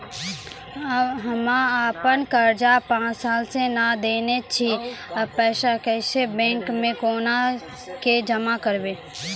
हम्मे आपन कर्जा पांच साल से न देने छी अब पैसा बैंक मे कोना के जमा करबै?